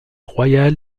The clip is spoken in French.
royale